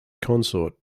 consort